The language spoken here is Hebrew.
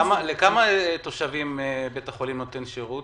לכמה תושבים בית החולים נותן שירות?